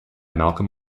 malcolm